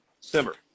Simmer